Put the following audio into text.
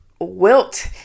wilt